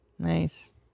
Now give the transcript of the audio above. nice